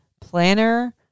planner